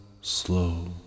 slow